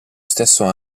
stesso